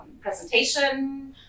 presentation